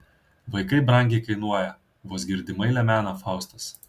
vaikai brangiai kainuoja vos girdimai lemena faustas